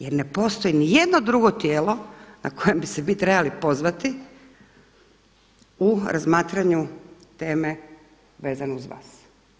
Jer ne postoji ni jedno drugo tijelo na koje bi se vi trebali pozvati u razmatranju teme vezano uz vas.